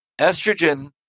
Estrogen